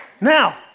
Now